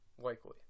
likely